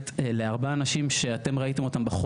להרבה אנשים שאתם ראיתם אותם פה,